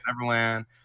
Neverland*